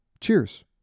Cheers